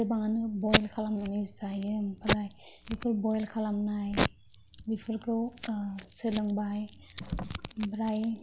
गोबांआनो बयल खालामनानै जायो ओमफ्राय बेफोर बयल खालामनाय बिफोरखौ सोलोंबाय ओमफ्राय